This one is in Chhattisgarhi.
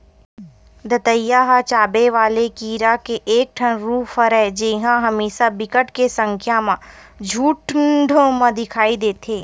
दतइया ह चाबे वाले कीरा के एक ठन रुप हरय जेहा हमेसा बिकट के संख्या म झुंठ म दिखउल देथे